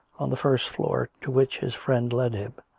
on the first floor, to which his friend led him.